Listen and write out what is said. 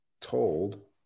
told